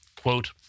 Quote